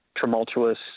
tumultuous